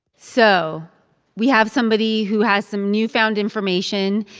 so we have somebody who has some newfound information.